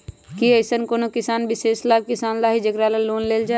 कि अईसन कोनो विशेष लाभ किसान ला हई जेकरा ला लोन लेल जाए?